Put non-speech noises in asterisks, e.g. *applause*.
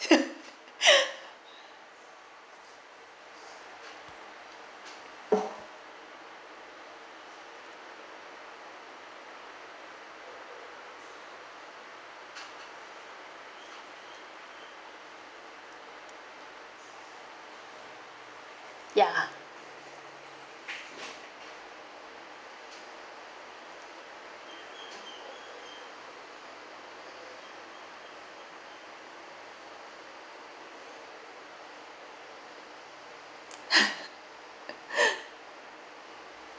*laughs* ya *laughs*